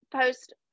post